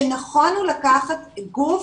שנכון לקחת גוף